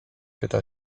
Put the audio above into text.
pyta